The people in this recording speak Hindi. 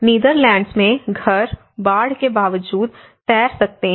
नीदरलैंड्स में घर बाढ़ के बावजूद तैर सकते हैं